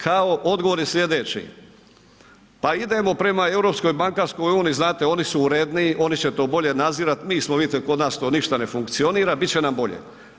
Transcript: Kao odgovor je sljedeće, pa idemo prema Europskoj bankarskoj uniji, znati oni su uredniji, oni će to bolje nadzirat, mi smo vidite kod nas to ništa ne funkcionira bit će nam bolje.